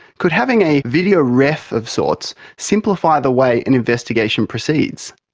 could having a video ref of sorts simplify the way an investigation proceeds?